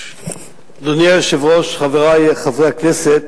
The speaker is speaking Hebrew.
אדוני היושב-ראש, חברי חברי הכנסת,